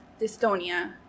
dystonia